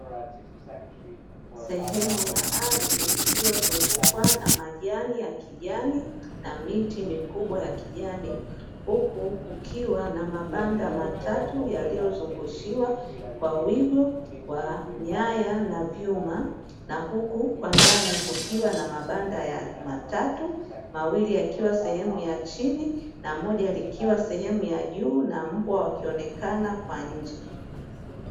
Sehemu ya ardhi iliyozungukwa na majani ya kijani na miti mikubwa ya kijani, huku kukiwa na mabanda matatu yaliyozungushiwa kwa wigo wa nyaya na vyuma. Na huku kwa ndani kukiwa na mabanda ya matatu mawili, yakiwa sehemu ya chini na moja likiwa sehemu ya juu na mbwa wakionekana kwa nje.